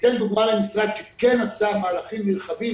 ניתן דוגמה למשרד שכן עשה מהלכים נרחבים